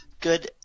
good